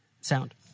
Sound